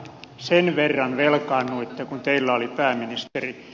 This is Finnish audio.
sen verran velkaannuitte kun teillä oli pääministeri